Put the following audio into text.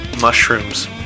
mushrooms